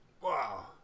Wow